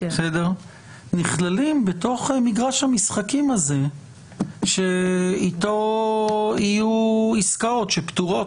נכללים בתוך מגרש המשחקים הזה שאיתו יהיו עסקאות שפטורות?